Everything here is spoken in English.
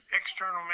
external